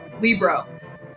Libro